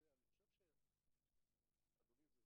אדוני,